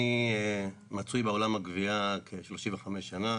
אני נמצא בעולם הגבייה כ-35 שנה,